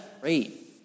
great